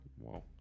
Wow